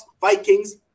Vikings